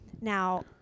Now